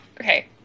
okay